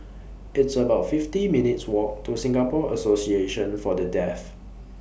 It's about fifty minutes' Walk to Singapore Association For The Deaf